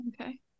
Okay